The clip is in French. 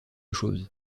chose